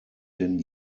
denn